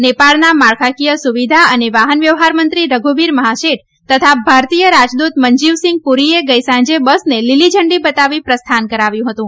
નેપાળના માળાખાકીય સુવિધા અને વાહન વ્યવહાર મંત્રી રધુવીર મહાસેક તથા ભારતીય રાજદૂત મનજીવ સીંઘ પુરીએ ગઇસાંજે બસને લીલી ઝંડી બતાવી પ્રસ્થાન કરાવ્યું હતુ